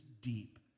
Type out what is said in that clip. deep